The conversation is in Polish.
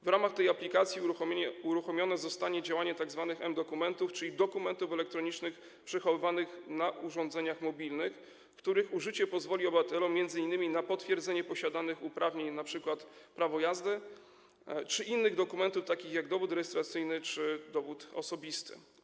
W ramach tej aplikacji uruchomione zostanie działanie tzw. mDokumentów, czyli dokumentów elektronicznych przechowywanych na urządzeniach mobilnych, których użycie pozwoli obywatelom m.in. na potwierdzenie posiadanych uprawnień, np. prawa jazdy, czy innych dokumentów, takich jak dowód rejestracyjny czy dowód osobisty.